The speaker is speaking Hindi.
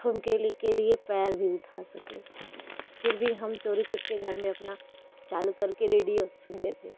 ठुमके ले के लिए पैर भी उठा सकें फिर भी हम चोरी चुपके घर में अपना चालू कर के रेडियो सुनते थे